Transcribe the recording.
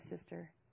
sister